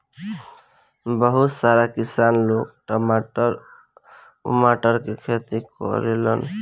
बहुत सारा किसान लोग टमाटर उमाटर के खेती करेलन